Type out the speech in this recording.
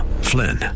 Flynn